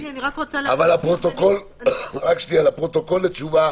לפרוטוקול לתשובה